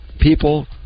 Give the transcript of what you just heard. people